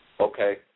Okay